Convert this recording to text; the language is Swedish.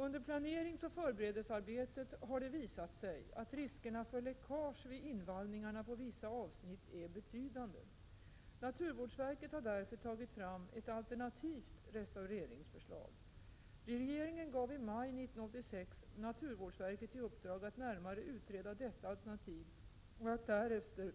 Under planeringsoch förberedelsearbetet har det visat sig att riskerna för läckage vid invallningarna på vissa avsnitt är betydande. Naturvårdsverket har därför tagit fram ett alternativt restaureringsförslag. Regeringen gav i maj 1986 naturvårdsverket i uppdrag att närmare utreda detta alternativ och att därefter